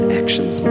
actions